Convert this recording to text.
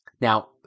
Now